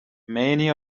many